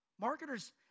Marketers